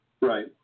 Right